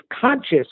conscious